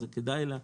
זה כדאי לה,